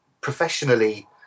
professionally